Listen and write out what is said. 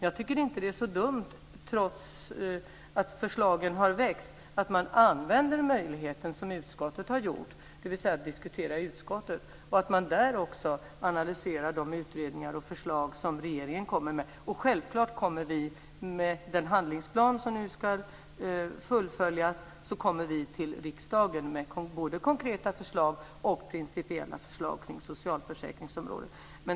Jag tycker inte att det är så dumt, trots att förslagen har väckts, att man använder möjligheten som utskottet har gjort, att diskutera i utskottet, och att man där också analyserar de utredningar och förslag som regeringen kommer med. Självklart kommer vi, med den handlingsplan som nu ska fullföljas, till riksdagen med både konkreta förslag och principiella förslag på socialförsäkringsområdet.